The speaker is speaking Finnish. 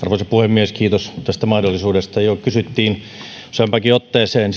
puhemies kiitos tästä mahdollisuudesta joo kysyttiin useampaankin otteeseen